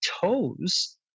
toes